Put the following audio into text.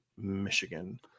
Michigan